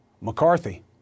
McCarthy